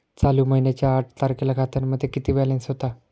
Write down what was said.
चालू महिन्याच्या आठ तारखेला खात्यामध्ये किती बॅलन्स होता?